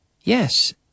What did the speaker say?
Yes